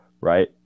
right